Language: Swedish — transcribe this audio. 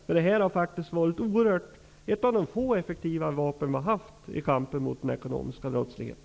MBL § 38 är ett av de få effektiva vapen som vi har haft när det gäller kampen mot den ekonomiska brottsligheten.